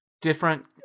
different